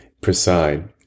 preside